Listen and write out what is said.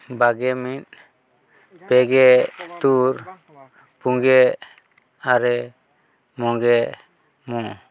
ᱵᱟᱜᱮ ᱢᱤᱫ ᱯᱮ ᱜᱮ ᱛᱩᱨ ᱯᱩᱜᱮ ᱟᱨᱮ ᱢᱚᱜᱮ ᱢᱚᱬᱮ